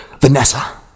Vanessa